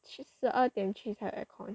去十二点去才有 aircon